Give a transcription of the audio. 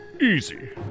Easy